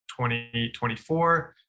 2024